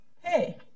hey